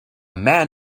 man